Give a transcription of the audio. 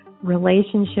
relationship